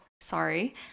sorry